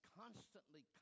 constantly